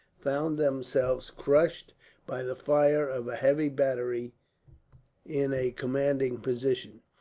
found themselves crushed by the fire of a heavy battery in a commanding position.